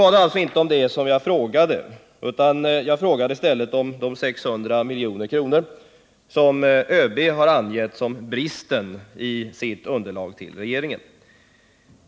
Men det var inte om det som jag hade frågat, utan jag frågade i stället om de 600 miljonerna som ÖB har angett som ”bristen” i sitt underlag till regeringen.